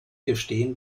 gestehen